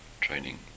training